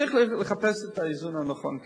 צריך לחפש את האיזון הנכון כאן,